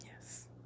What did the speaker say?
Yes